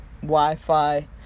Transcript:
Wi-Fi